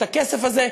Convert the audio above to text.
את הכסף הזה,